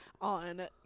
on